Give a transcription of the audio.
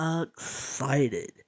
excited